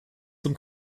zum